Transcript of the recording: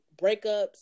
breakups